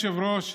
אדוני היושב-ראש,